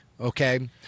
okay